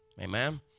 Amen